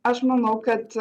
aš manau kad